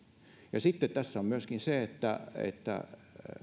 sitten tässä on myöskin se että että